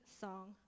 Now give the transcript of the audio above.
song